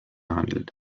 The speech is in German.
handelt